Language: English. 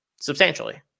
substantially